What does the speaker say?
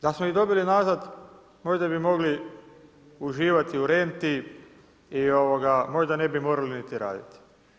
Da smo ih dobili nazad, možda bi mogli uživati u renti i možda ne bi morali niti raditi.